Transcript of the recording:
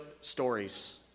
stories